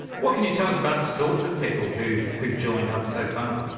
what can you tell us about the sorts of people who've who've joined up so far?